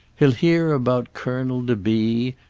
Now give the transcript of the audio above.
he'll hear about colonel de b,